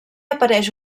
apareix